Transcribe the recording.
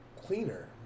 cleaner